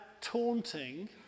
taunting